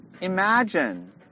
Imagine